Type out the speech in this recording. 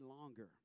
longer